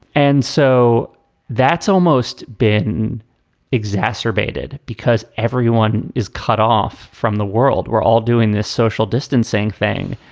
and so that's almost been exacerbated because everyone is cut off from the world. we're all doing this social distancing thing.